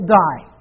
die